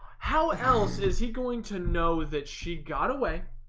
how else is he going to know that she got away?